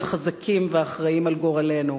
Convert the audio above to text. להיות חזקים ואחראים לגורלנו.